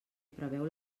preveu